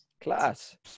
Class